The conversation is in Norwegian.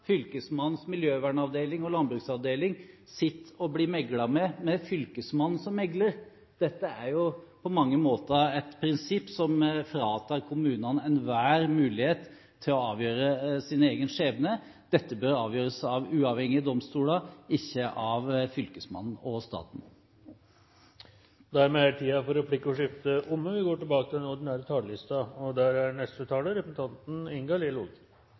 Fylkesmannens miljøvernavdeling og landbruksavdeling sitter og blir meglet med med Fylkesmannen som megler. Dette er på mange måter et prinsipp som fratar kommunene enhver mulighet til å avgjøre sin egen skjebne. Dette bør avgjøres av uavhengige domstoler, ikke av Fylkesmannen og staten. Dermed er replikkordskiftet omme. Stortingsmeldingen om forholdet mellom stat og kommune er viktig for hele Kommune-Norge. I kommunene virkeliggjøres politikken som vedtas i storting og regjering. For Arbeiderpartiet er